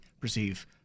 perceive